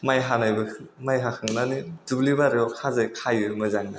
माइ हानोबो माइ हाखांनानै दुब्लि बारियाव खाजा खायो मोजांनो